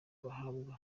bahabwa